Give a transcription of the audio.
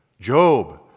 Job